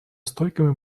стойкими